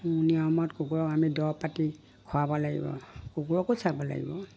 নিয়মত কুকুৰক আমি দ পাতি খোৱাব লাগিব কুকুৰকো চাব লাগিব